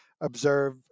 observe